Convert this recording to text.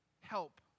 help